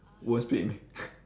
won't split meh